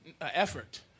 effort